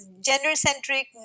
gender-centric